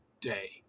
day